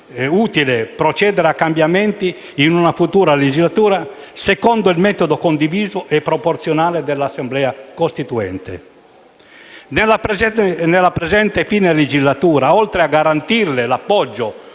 utile procedere a cambiamenti, in una futura legislatura secondo il metodo condiviso e proporzionale dell'Assemblea costituente. Da ora fino a fine legislatura le garantiamo l'appoggio